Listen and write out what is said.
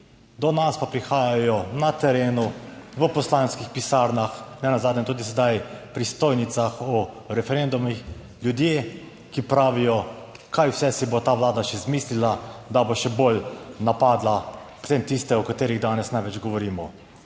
Do nas pa prihajajo na terenu, v poslanskih pisarnah, nenazadnje tudi sedaj pri stojnicah o referendumih ljudje, ki pravijo, kaj vse si bo ta vlada še izmislila, da bo še bolj napadla predvsem tiste o katerih danes največ govorimo,